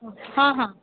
ହଁ ହଁ